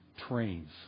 trains